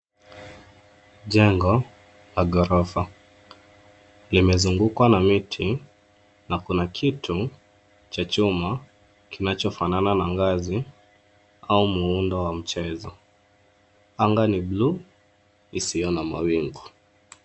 Jengo la gorofa limezungukwa na miti na kuna kitu cha chuma kinachifanana na ngazi au muundo wa mchezo. Anga ni buluu isiyo na mawingu.